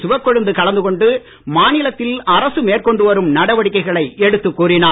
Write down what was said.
சிவக்கொழுந்து கலந்து கொண்டு மாநிலத்தில் அரசு மேற்கொண்டு வரும் நடவடிக்கைகளை எடுத்துக் கூறினார்